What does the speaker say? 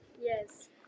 Yes